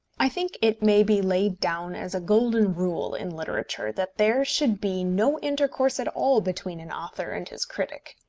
i think it may be laid down as a golden rule in literature that there should be no intercourse at all between an author and his critic.